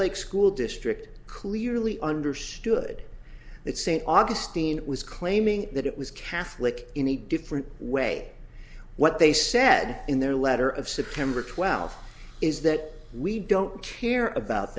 like school district clearly understood that saint augustine it was claiming that it was catholic in a different way what they said in their letter of supreme or twelfth is that we don't care about